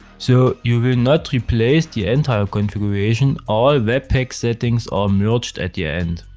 so you will not replace the entire configuration. all webpack settings are merged at the end.